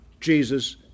Jesus